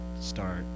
start